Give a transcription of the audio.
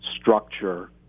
structure